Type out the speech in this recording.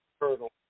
hurdle